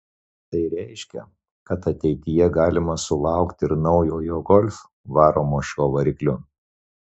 tai reiškia kad ateityje galima sulaukti ir naujojo golf varomo šiuo varikliu